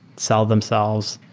sell themselves,